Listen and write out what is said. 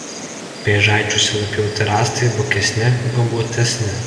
pėžaičiuose nupjauti rąstai bukesni gumbuotesni